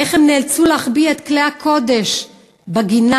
איך הם נאלצו להחביא את כלי הקודש בגינה,